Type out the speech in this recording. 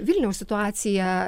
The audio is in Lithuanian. vilniaus situacija